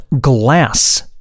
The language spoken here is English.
glass